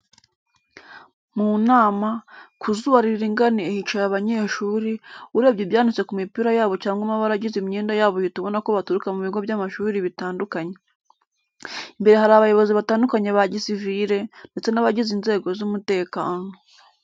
Mu nama, ku zuba riringaniye hicaye abanyeshuri, urebye ibyanditse ku mipira yabo cyangwa amabara agize imyenda yabo uhita ubona ko baturuka mu bigo by'amashuri bitandukanye. Imbere hari abayobozi batandukanye ba gisivire ndetse n'abagize inzego z'umutekano.